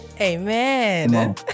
Amen